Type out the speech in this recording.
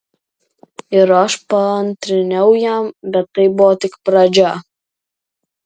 ir aš paantrinau jam bet tai buvo tik pradžia